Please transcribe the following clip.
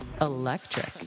Electric